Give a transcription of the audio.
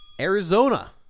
Arizona